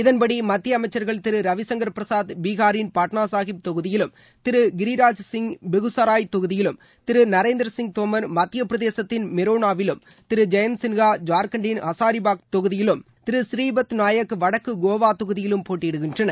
இதன்படி மத்திய அமைச்சர்கள் திரு ரவிசங்கர் பிரசாத் பீஹாரின் பாட்னா சாஹிப் தொகுதியிலும் திரு கிரிராஜ் சிங் பெகுசராய் தொகுதியிலும் திரு நரேந்திர சிங் தோமர் மத்தியப்பிரசேதத்தின் மொரேனாவிலும் திரு ஜெயந்த் சின்ஹா ஜார்க்கண்ட்டின் ஹசார்பாக் தொகுதியிலும் திரு ஸ்ரீபத் நாயக் வடக்கு கோவா தொகுதியிலும் போட்டியிடுகின்றனர்